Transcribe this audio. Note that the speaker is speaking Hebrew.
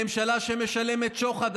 ממשלה שמשלמת שוחד.